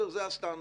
זה הסטנדרט.